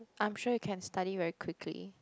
I'm sure you can study very quickly